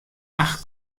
acht